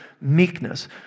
meekness